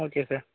okay sir